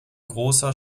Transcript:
großer